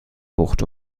bucht